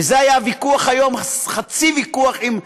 וזה היה חצי ויכוח היום,